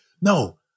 no